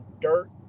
dirt